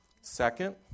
Second